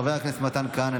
חבר הכנסת מתן כהנא,